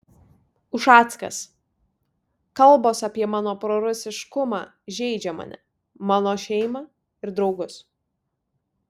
ušackas kalbos apie mano prorusiškumą žeidžia mane mano šeimą ir draugus